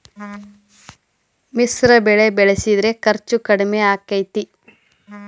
ಮಿಶ್ರ ಬೆಳಿ ಬೆಳಿಸಿದ್ರ ಖರ್ಚು ಕಡಮಿ ಆಕ್ಕೆತಿ?